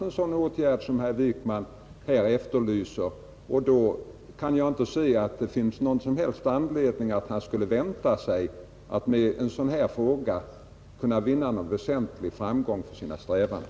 En sådan åtgärd som herr Wijkman efterlyser har aldrig varit ifrågasatt, och då finns det ingen som helst anledning att man skulle vänta sig att med en sådan här fråga kunna vinna någon väsentlig framgång för sina strävanden.